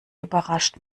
überrascht